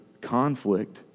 conflict